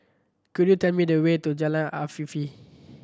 could you tell me the way to Jalan Afifi